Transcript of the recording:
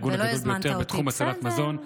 הארגון הגדול ביותר בתחום הצלת מזון.